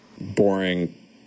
boring